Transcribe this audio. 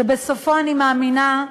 שבסופו, אני מאמינה,